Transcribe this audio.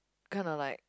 kind of like